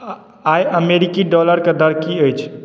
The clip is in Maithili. आइ अमेरिकी डॉलरके दर की अछि